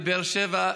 לבאר שבע,